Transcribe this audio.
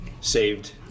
saved